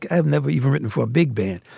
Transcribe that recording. i have never even written for a big band.